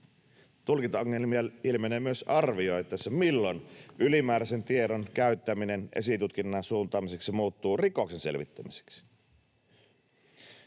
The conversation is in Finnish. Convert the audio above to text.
Tulkintaongelmia ilmenee myös arvioitaessa, milloin ylimääräisen tiedon käyttäminen esitutkinnan suuntaamiseksi muuttuu rikoksen selvittämiseksi.